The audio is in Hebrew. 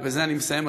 ובזה אני מסיים,